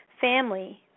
family